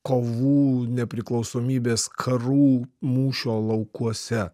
kovų nepriklausomybės karų mūšio laukuose